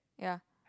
yeah